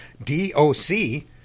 D-O-C